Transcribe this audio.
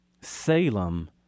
Salem